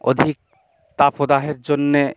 অধিক তাপদাহের জন্যে